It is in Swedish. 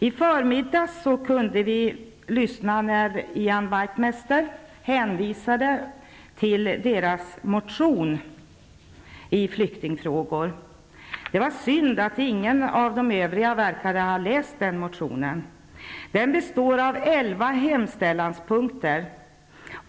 I förmiddags kunde vi lyssna till Demokratis motion i flyktingfrågor. Det var synd att ingen verkade ha läst den motionen. Den består av elva hemställanspunkter.